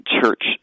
church